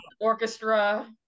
orchestra